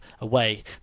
away